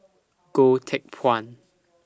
Goh Teck Phuan